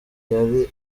yari